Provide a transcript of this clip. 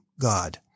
God